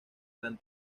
gran